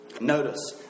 notice